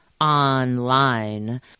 online